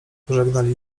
pożegnali